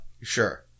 sure